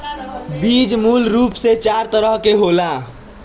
बीज मूल रूप से चार तरह के होला